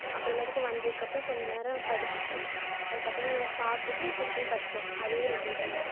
சா அப்புறமேட்டுக்கு வந்ததுக்கப்புறம் கொஞ்சம் நேரம் படிச்சுட்டு அதுக்கப்புறம் சாப்பிடுட்டு திருப்பி படுத்துடுவோம் அதே ரொடேடிங் தான்